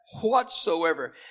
whatsoever